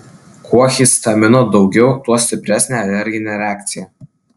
kuo histamino daugiau tuo stipresnė alerginė reakcija